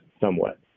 somewhat